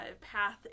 path